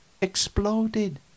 exploded